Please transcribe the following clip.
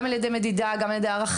גם על ידי מדידה, גם על ידי הערכה.